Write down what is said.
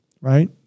right